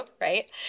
Right